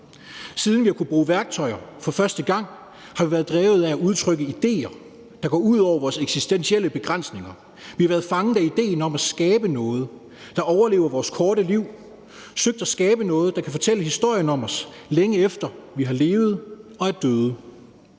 Siden vi har kunnet bruge værktøjer for første gang, har vi været drevet af at udtrykke idéer, der går ud over vores eksistentielle begrænsninger. Vi har været fanget af idéen om at skabe noget, der overlever vores korte liv; søgt at skabe noget, der kan fortælle historien om os, længe efter vi har levet og er døde;